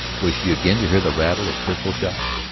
was she again to hear the rattle of pistol-shots?